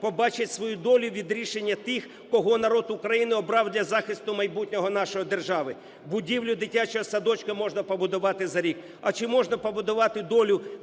побачать свою долю від рішення тих, кого народ України обрав для захисту майбутнього нашого держави. Будівлю дитячого садочка можна побудувати за рік. А чи можна побудувати долю дитини без